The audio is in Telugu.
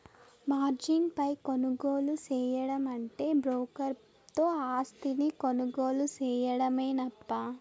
మార్జిన్ పై కొనుగోలు సేయడమంటే బ్రోకర్ తో ఆస్తిని కొనుగోలు సేయడమేనప్పా